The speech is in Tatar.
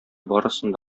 барысын